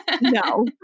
No